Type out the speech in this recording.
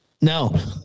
No